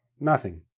nothing.